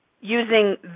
using